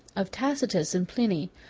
of tacitus and pliny,